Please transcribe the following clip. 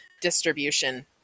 distribution